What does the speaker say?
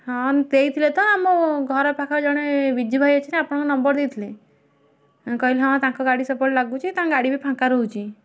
ହଁ ଦେଇଥିଲେ ତ ଆମ ଘର ପାଖ ଜଣେ ବିଜୁ ଭାଇ ଅଛନ୍ତି ଆପଣଙ୍କ ନମ୍ବର ଦେଇଥିଲେ କହିଲେ ହଁ ତାଙ୍କ ଗାଡ଼ି ସବୁବେଳେ ଲାଗୁଛି ତାଙ୍କ ଗାଡ଼ି ବି ଫାଙ୍କା ରହୁଛି